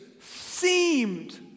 seemed